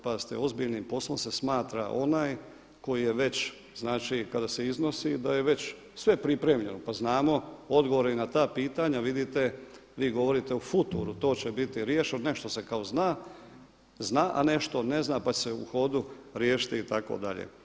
Pazite, ozbiljnim poslom se smatra onaj koji je već znači kada se iznosi da je već sve pripremljeno pa znamo odgovore i na ta pitanja, vidite, vi govorite u futuru, to će biti riješeno, nešto se kao zna a nešto ne zna pa će se u hodu riješiti itd.